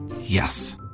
Yes